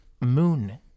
moon